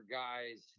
guys